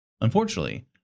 Unfortunately